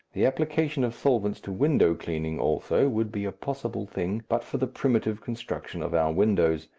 the application of solvents to window cleaning, also, would be a possible thing but for the primitive construction of our windows,